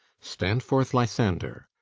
stand forth, lysander.